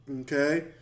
Okay